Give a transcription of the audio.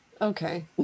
Okay